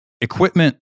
equipment